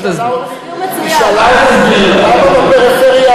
אל תסביר, הוא מסביר מצוין.